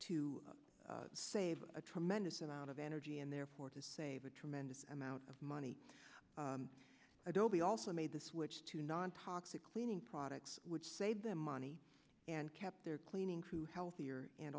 to save a tremendous amount of energy and therefore to save a tremendous amount of money adobe also made the switch to nontoxic cleaning products would save them money and kept their cleaning crew healthier and